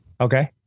Okay